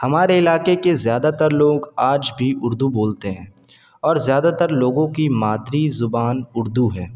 ہمارے علاقے کے زیادہ تر لوگ آج بھی اردو بولتے ہیں اور زیادہ تر لوگوں کی مادری زبان اردو ہے